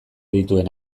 dituen